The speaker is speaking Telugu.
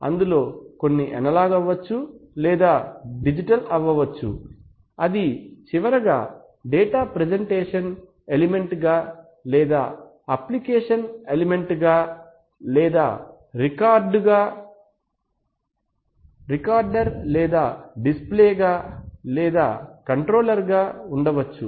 అందులో కొన్ని ఎనలాగ్ అవ్వచ్చు లేదా డిజిటల్ అవ్వచ్చు అది చివరిగా డేటా ప్రజెంటేషన్ ఎలిమెంట్ గా లేదా అప్లికేషన్ ఎలిమెంట్ గా లేదా రికార్డుగా రికార్డర్ లేదా డిస్ప్లే గా లేదా కంట్రోలర్ గా ఉండవచ్చు